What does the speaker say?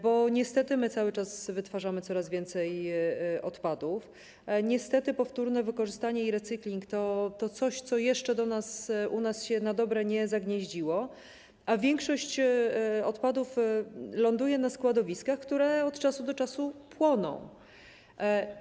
Bo niestety cały czas wytwarzamy coraz więcej odpadów, niestety powtórne wykorzystanie i recykling to coś, co jeszcze u nas się na dobre nie zagnieździło, a większość odpadów ląduje na składowiskach, które od czasu do czasu płoną.